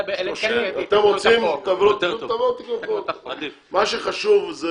מה שחשוב זה